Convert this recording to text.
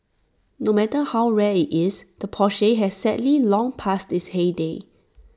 no matter how rare IT is the Porsche has sadly long passed its heyday